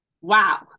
Wow